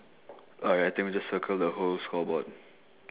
orh I think we just circle the whole scoreboard